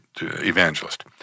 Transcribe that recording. evangelist